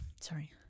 Sorry